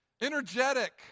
energetic